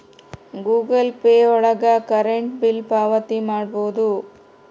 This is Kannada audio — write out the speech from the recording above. ಗೂಗಲ್ ಪೇ ಒಳಗ ಕರೆಂಟ್ ಬಿಲ್ ಪಾವತಿ ಮಾಡ್ಬೋದು